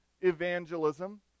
evangelism